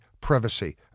privacy